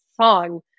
song